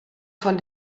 von